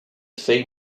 fee